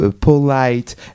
polite